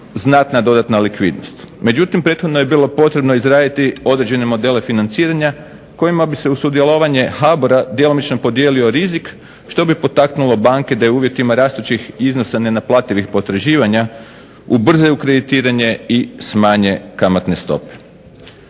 znatna dodatna likvidnost. Međutim, prethodno je bilo potrebno izraditi određene modele financiranja kojima bi se uz sudjelovanje HBOR-a djelomično podijelio rizik što bi potaknulo banke da i u uvjetima rastućih iznosa nenaplativih potraživanja ubrzaju kreditiranje i smanje kamatne stope.